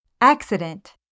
accident